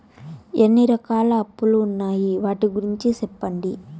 ఎన్ని రకాల అప్పులు ఉన్నాయి? వాటి గురించి సెప్పండి?